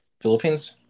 Philippines